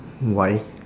why